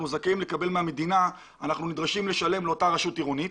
זכאים לקבל מהמדינה אנחנו נדרשים לשלם לאותה רשות עירונית.